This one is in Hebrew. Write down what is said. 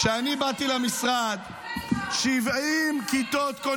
בוא, אתה רוצה שאספר לך --- חוצפן.